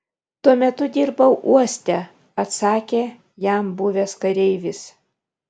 tuo metu dirbau uoste atsakė jam buvęs kareivis